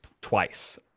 twice